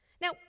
Now